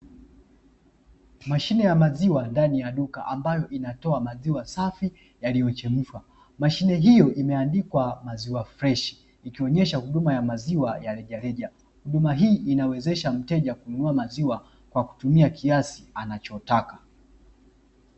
Mashine ya maziwa ndani ya duka ambalo inatoa maziwa safi yaliyochemshwa. Mashine hiyo imeandikwa maziwa freshi, ikionesha huduma ya maziwa ya rejareja. Huduma hii inawezesha mteja kununua maziwa kwa kutumia kiasi anachotaka.